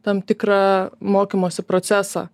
tam tikrą mokymosi procesą